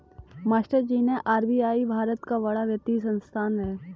मास्टरजी आर.बी.आई भारत का बड़ा वित्तीय संस्थान है